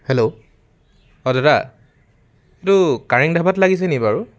hello অ' দাদা এইটো কাৰেং ধাবাত লাগিছে নি বাৰু